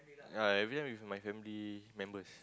yea every time with my family members